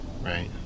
Right